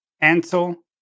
Ansel